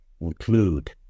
include